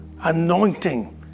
anointing